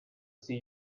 see